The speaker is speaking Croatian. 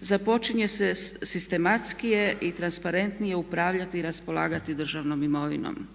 započinje se sistematskije i transparentnije upravljati i raspolagati državnom imovinom.